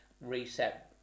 reset